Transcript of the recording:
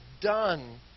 done